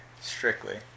strictly